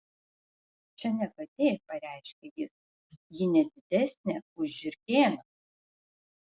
čia ne katė pareiškė jis ji ne didesnė už žiurkėną